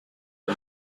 the